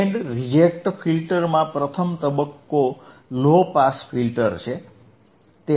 band reject ફિલ્ટરમાં પ્રથમ તબક્કો લો પાસ ફિલ્ટર છે